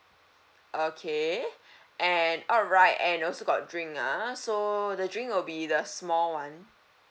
okay and alright and also got drink ah so the drink will be the small [one]